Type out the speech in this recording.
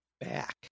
back